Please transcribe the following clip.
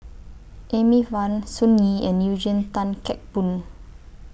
Amy Van Sun Yee and Eugene Tan Kheng Boon